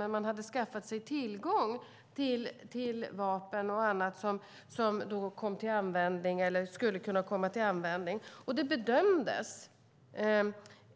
Men man hade skaffat sig tillgång till vapen och annat som kom till användning eller skulle ha kunnat göra det. Det bedömdes